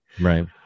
Right